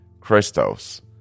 Christos